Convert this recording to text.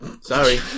Sorry